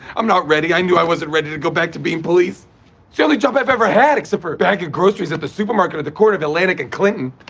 i'm not ready. i knew i wasn't ready to go back to being police jelly job i've ever had. super bagging groceries at the supermarket at the corner of atlantic and clinton.